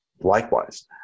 likewise